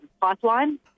pipeline